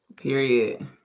Period